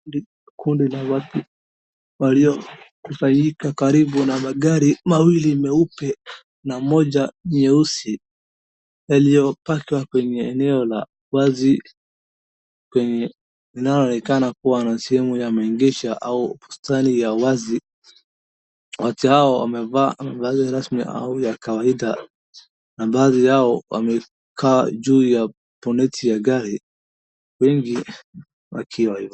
Kundi la watu waliokusanyika karibu na magari mawili meupe na moja nyeusi, yaliyopakwa kwenye eneo la wazi, linaloonekana kuwa na sehemu la maegesho au bustani ya wazi. Mmoja wao amevaa vazi rasmi au ya kawaida na baadhi yao wamekaa juu ya boneti ya gari wengi wakiwa hivo.